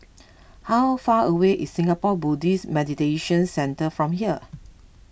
how far away is Singapore Buddhist Meditation Centre from here